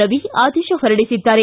ರವಿ ಆದೇಶ ಹೊರಡಿಸಿದ್ದಾರೆ